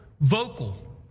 vocal